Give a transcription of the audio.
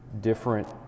different